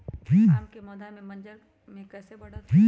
आम क पौधा म मजर म कैसे बढ़त होई?